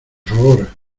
favor